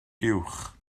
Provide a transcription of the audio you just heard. uwch